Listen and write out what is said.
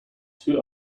two